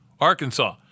Arkansas